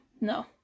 no